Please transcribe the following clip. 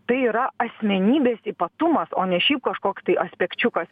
tai yra asmenybės ypatumas o ne šiaip kažkoks tai aspekčiukas